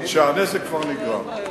שהנזק כבר נגרם.